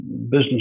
business